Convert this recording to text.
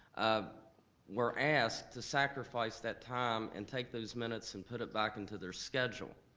ah were asked to sacrifice that time and take those minutes and put it back into their schedule.